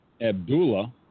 Abdullah